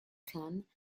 clan